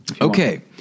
Okay